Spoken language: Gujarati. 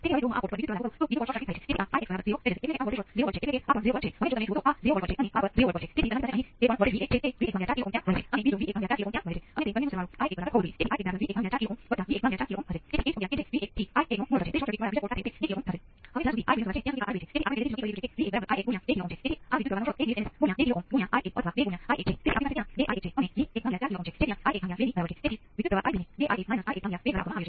હવે અહીં કોઈક અચળાંક હોવો જોઈએ આ ઘાતાંકીય t ભાંગ્યા RC ના સ્વરૂપનું છે પરંતુ ત્યાં કોઈક અચળાંક હશે કારણ કે જો તમે તેનો ગુણાકાર કરો અને જો તમે Vc ને કોઈપણ સંખ્યાથી સ્કેલ વગેરે વગેરે